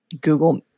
Google